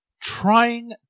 trying